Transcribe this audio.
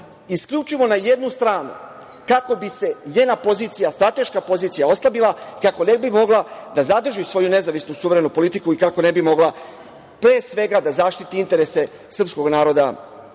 isključivo na jednu stranu kako bi se njena pozicija, strateška pozicija oslabila kako ne bi mogla da zadrži svoju nezavisnu suverenu politiku i kako ne bi mogla, pre svega da zaštiti interese srpskog naroda